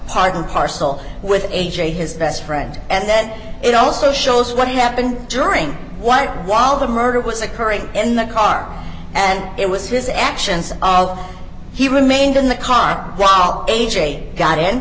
part and parcel with a j his best friend and it also shows what happened during one while the murder was occurring in the car and it was his actions of he remained in the car while a j got in